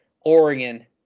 Oregon